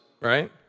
right